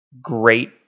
great